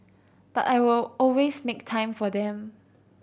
but I will always make time for them